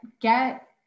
get